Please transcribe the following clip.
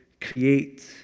create